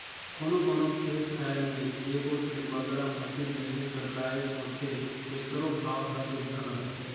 कोनो कोनो खेत खाएर में एगोट ले बगरा फसिल लेहे कर लाइक होथे तेकरो भाव हर सुग्घर रहथे